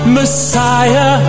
Messiah